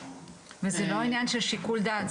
וזה לא עניין של שיקול דעת,